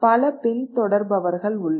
பல பின்தொடர்பவர்கள் உள்ளனர்